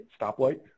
stoplight